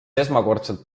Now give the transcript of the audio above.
esmakordselt